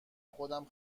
خودم